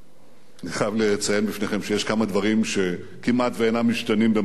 אני חייב לציין בפניכם שיש כמה דברים שכמעט שאינם משתנים במהלך הזמן.